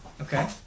Okay